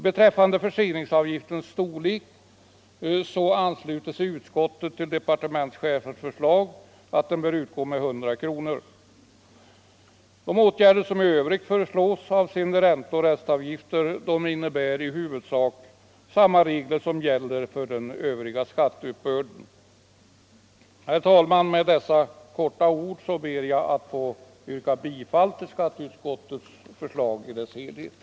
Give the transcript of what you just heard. Beträffande förseningsavgiftens storlek ansluter sig utskottet till departementschefens förslag att denna avgift bör utgå med 100 kronor. De åtgärder som i övrigt föreslås avseende ränteoch restavgifter innebär i huvudsak att samma regler tillämpas som gäller för den övriga skatteuppbörden. Fru talman! Med dessa få ord ber jag att få yrka bifall till skatteutskottets förslag i dess helhet.